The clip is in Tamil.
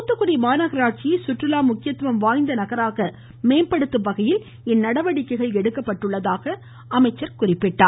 தூத்துக்குடி மாநகராட்சியை சுற்றுலா முக்கியத்துவம் வாய்ந்த நகராக மேம்படுத்தும் வகையில் இந்நடவடிக்கைகள் எடுக்கப்பட்டுள்ளதாக அவர் குறிப்பிட்டார்